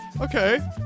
Okay